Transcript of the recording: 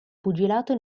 pugilato